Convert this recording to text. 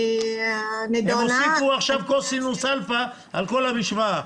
הם הוסיפו עכשיו קוסינוס אלפא על כל המשוואה.